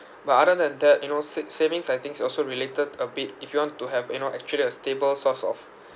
but other than that you know sa~ savings I think is also related a bit if you want to have you know actually a stable source of